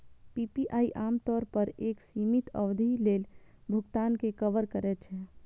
PPI आम तौर पर एक सीमित अवधि लेल भुगतान कें कवर करै छै